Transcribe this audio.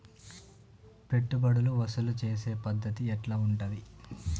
పెట్టుబడులు వసూలు చేసే పద్ధతి ఎట్లా ఉంటది?